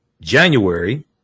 January